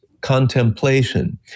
contemplation